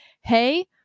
hey